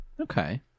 Okay